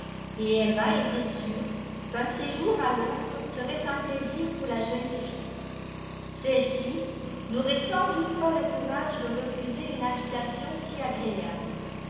emma était sûre qu'un séjour à londres serait un plaisir pour la jeune fille celle-ci n'aurait sans doute pas le courage de refuser une invitation si agréable